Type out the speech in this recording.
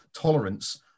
tolerance